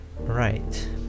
Right